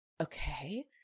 okay